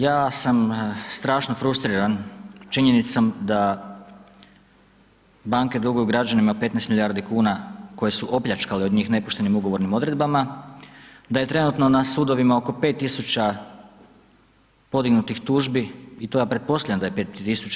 Ja sam strašno frustriran činjenicom da banke duguju građanima 15 milijardi kuna koje su opljačkale od njih nepoštenim ugovornim odredbama, da je trenutno na sudovima oko 5 tisuća podignutih tužbi i to ja pretpostavljam da je 5 tisuća.